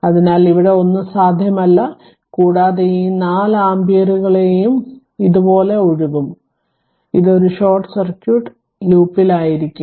അതിനാൽ ഇവിടെ ഒന്നും സാധ്യമല്ല കൂടാതെ ഈ 4 ആമ്പിയറുകളും ഇതുപോലെ ഒഴുകും ഇത് ഒരു ഷോർട്ട് സർക്യൂട്ട് ലൂപ്പിലായിരിക്കും